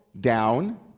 down